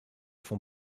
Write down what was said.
font